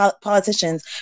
politicians